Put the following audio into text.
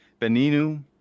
Beninu